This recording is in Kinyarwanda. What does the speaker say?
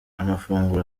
amafunguro